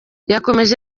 yakomeje